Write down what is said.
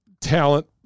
talent